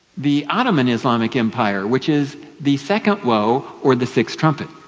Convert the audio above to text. the ottoman islamic empire, which is the second woe, or the sixth trumpet.